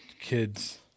Kids